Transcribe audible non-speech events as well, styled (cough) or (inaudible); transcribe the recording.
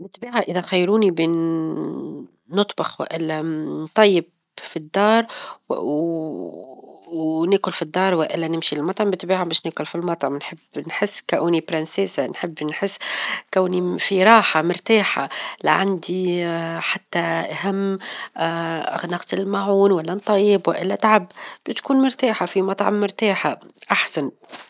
بالطبيعة إذا خيروني بين (hesitation) نطبخ، والا نطيب (hesitation) في الدار، و (hesitation) وناكل في الدار، والا نمشي للمطعم، بالطبيعة باش ناكل في المطعم، نحب نحس كوني أميرة، نحب نحس كوني (hesitation) في راحة، مرتاحة لا عندي (hesitation) حتى هم (hesitation) نغسل الماعون، ولانطيب، والا تعب، بتكون مرتاحة، في مطعم مرتاحة أحسن.